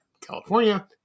California